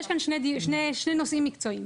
יש כאן שני נושאים מקצועיים,